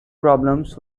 problems